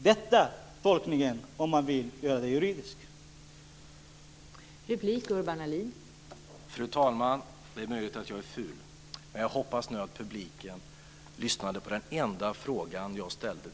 Det är den tolkningen man gör, att man vill göra det till en juridisk fråga?